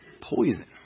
poison